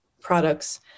products